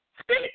Speak